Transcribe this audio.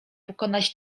pokonać